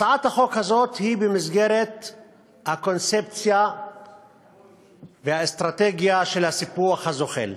הצעת החוק הזאת היא במסגרת הקונספציה והאסטרטגיה של הסיפוח הזוחל.